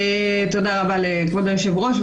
לכבוד היושב-ראש,